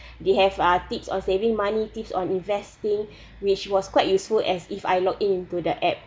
they have uh tips on saving money tips on investing which was quite useful as if I log in to the app